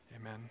Amen